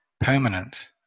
permanent